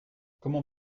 comment